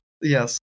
Yes